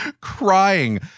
crying